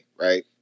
right